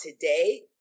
today